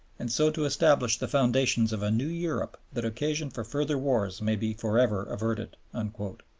and so to establish the foundations of a new europe that occasion for further wars may be for ever averted. and